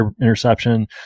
interception